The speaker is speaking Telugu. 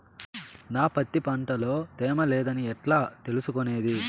నా పత్తి పంట లో తేమ లేదని ఎట్లా తెలుసుకునేది?